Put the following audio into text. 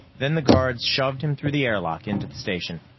then the guards shoved him through the airlock into the station.